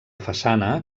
façana